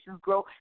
grow